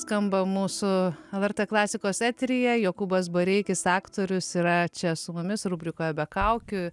skamba mūsų lrt klasikos eteryje jokūbas bareikis aktorius yra čia su mumis rubrikoje be kaukių